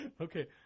Okay